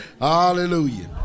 Hallelujah